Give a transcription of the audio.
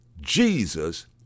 Jesus